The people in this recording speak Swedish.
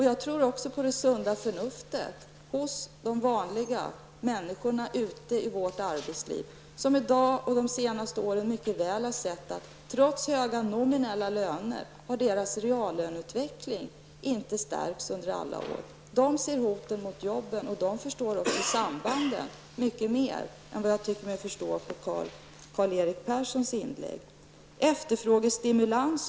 Jag tror även på det sunda förnuftet hos de vanliga människorna ute i vårt arbetsliv. De som i dag och under de senaste åren mycket tydligt har sett att trots höga nominella löner har deras reallöneutveckling inte stärkts under alla år. De ser hoten mot jobben och förstår även sambanden mycket bättre än vad jag tycker mig märka att Karl-Erik Persson gör enligt hans inlägg.